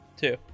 two